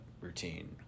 routine